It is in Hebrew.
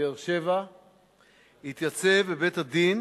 מבאר-שבע בבית-הדין